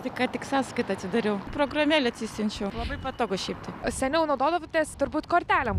tai ką tik sąskaita atsidariau programėlę atsisiunčiau labai patogu šiaip tai seniau naudodavotės turbūt kortelėm